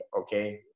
okay